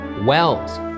Wells